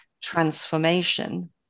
transformation